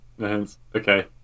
Okay